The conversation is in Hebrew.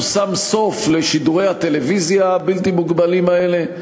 הושם סוף לשידורי הטלוויזיה הבלתי-מוגבלים האלה?